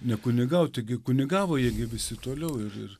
ne kunigauti gi kunigavo jie gi visi toliau ir ir